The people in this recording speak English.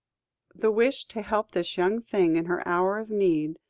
the wish to help this young thing in her hour of need,